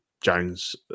Jones